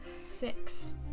Six